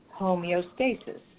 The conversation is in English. homeostasis